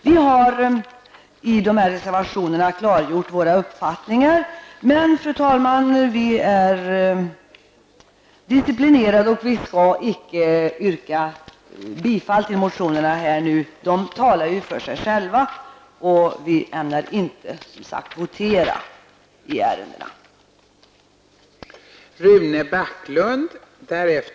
Vi har i dessa reservationer klargjort vår uppfattning. Men, fru talman, vi är disciplinerade och jag skall inte här yrka bifall till reservationerna. De talar ju för sig själva, och vi ämnar inte begära votering i ärendena.